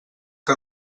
que